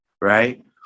right